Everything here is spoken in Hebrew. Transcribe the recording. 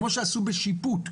כמו שעשו בשיפוט.